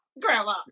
grandma